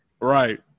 right